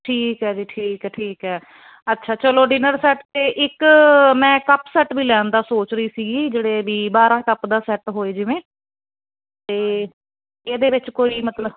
ਠੀਕ ਹੈ ਜੀ ਠੀਕ ਹੈ ਠੀਕ ਹੈ ਅੱਛਾ ਚਲੋ ਡਿਨਰ ਸੈਟ ਤੇ ਇੱਕ ਮੈਂ ਕੱਪ ਸੈੱਟ ਵੀ ਲੈ ਆਂਦਾ ਸੋਚ ਰਹੀ ਸੀ ਜਿਹੜੇ ਵੀ ਬਾਰਾਂ ਕੱਪ ਦਾ ਸੈਟ ਹੋਏ ਜਿਵੇਂ ਤੇ ਇਹਦੇ ਵਿੱਚ ਕੋਈ ਮਤਲਵ